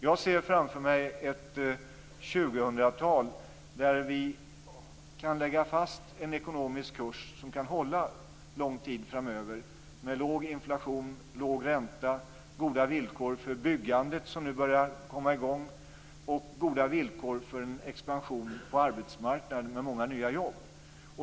Jag ser framför mig ett 2000-tal där vi kan lägga fast en ekonomisk kurs som kan hålla lång tid framöver med låg inflation, låg ränta, goda villkor för byggandet, som nu börjar komma i gång, och goda villkor för en expansion på arbetsmarknaden med många nya jobb.